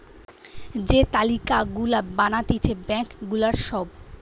যে তালিকা গুলা বানাতিছে ব্যাঙ্ক গুলার সব